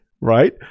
right